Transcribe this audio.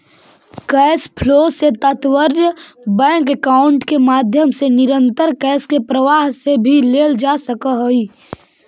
cash flow से तात्पर्य bank account के माध्यम से निरंतर कैश के प्रवाह से भी लेल जा सकऽ हई